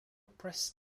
press